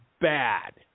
bad